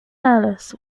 hairless